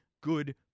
good